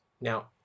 now